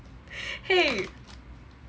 !hey!